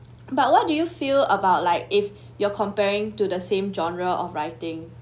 but what do you feel about like if you're comparing to the same genre of writing